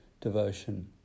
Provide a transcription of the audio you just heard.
devotion